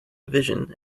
vision